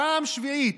פעם שביעית,